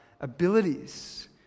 abilities